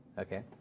okay